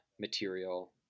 material